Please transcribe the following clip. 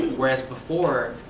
whereas before,